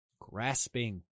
Grasping